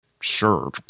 Sure